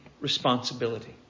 responsibility